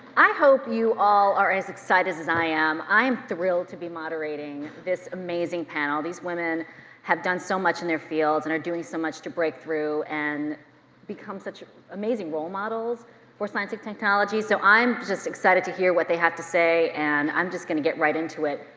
i hope you all are as excited as as i am. i am thrilled to be moderating this amazing panel. these women have done so much in their fields and are doing so much to break through and become such amazing role models for science and technologies, so i'm just excited to hear what they have to say and i'm just gonna get right into it.